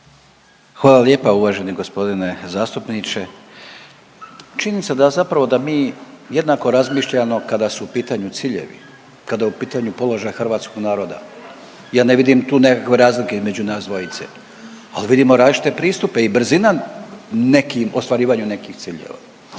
Hvala lijepa uvaženi gospodine zastupniče. Činjenica da zapravo da mi jednako razmišljamo kada su u pitanju ciljevi, kada je u pitanju položaj hrvatskog naroda. Ja ne vidim tu nekakve razlike između nas dvojce. Ali vidimo različite pristupe i brzina nekim ostvarivanju nekih ciljeva.